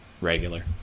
regular